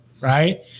right